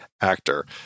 Actor